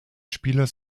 spieler